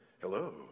Hello